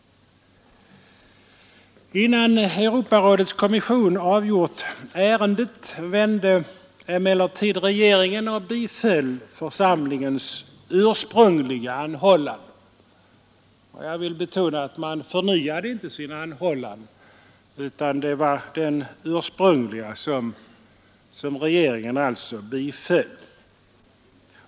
Innan Europarådets kommission avgjort ärendet vände emellertid regeringen och biföll församlingens anhållan. Jag vill betona att församlingen inte förnyade sin anhållan utan det var den ursprungliga som regeringen biföll.